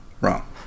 wrong